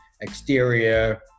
exterior